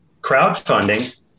crowdfunding